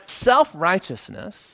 self-righteousness